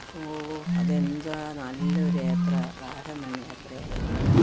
ഓ അതെന്താണ് നല്ലൊരു യാത്രാ വാഗമൺ യാത്രയായിരുന്നു